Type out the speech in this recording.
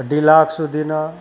અઢી લાખ સુધીના